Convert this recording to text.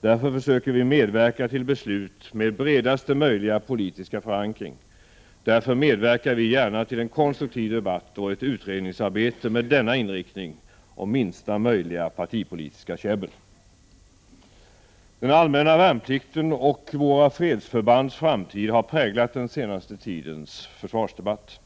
Därför försöker vi medverka till beslut med bredaste möjliga politiska förankring. Och därför medverkar vi gärna till en konstruktiv debatt och ett utredningsarbete med denna inriktning och minsta möjliga partipolitiska käbbel. Den allmänna värnplikten och våra fredsförbands framtid har präglat den senaste tidens försvarsdebatt.